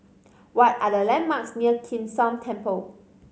what are the landmarks near Kim San Temple